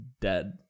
dead